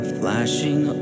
flashing